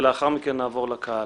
ולאחר מכן נעבור לקהל.